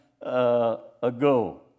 ago